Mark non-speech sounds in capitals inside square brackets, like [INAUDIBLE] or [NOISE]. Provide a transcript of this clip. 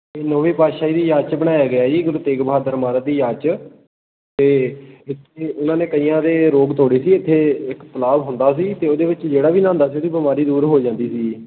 ਇਹ ਨੌਵੀਂ ਪਾਤਸ਼ਾਹੀ ਦੀ ਯਾਦ 'ਚ ਬਣਾਇਆ ਗਿਆ ਜੀ ਗੁਰੂ ਤੇਗ ਬਹਾਦਰ ਮਹਾਰਾਜ ਦੀ ਯਾਦ 'ਚ ਅਤੇ [UNINTELLIGIBLE] ਉਹਨਾਂ ਨੇ ਕਈਆਂ ਦੇ ਰੋਗ ਤੋੜੇ ਸੀ ਇੱਥੇ ਇੱਕ ਤਲਾਬ ਹੁੰਦਾ ਸੀ ਅਤੇ ਉਹਦੇ ਵਿੱਚ ਜਿਹੜਾ ਵੀ ਨਹਾਉਂਦਾ ਸੀ ਉਹਦੀ ਬਿਮਾਰੀ ਦੂਰ ਹੋ ਜਾਂਦੀ ਸੀ ਜੀ